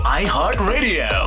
iHeartRadio